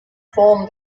formed